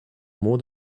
more